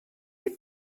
eut